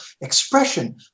expression